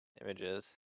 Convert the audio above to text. Images